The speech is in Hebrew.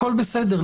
הכול בסדר.